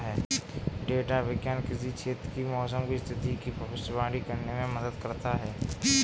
data विज्ञान किसी क्षेत्र की मौसम की स्थिति की भविष्यवाणी करने में मदद करता है